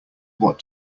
what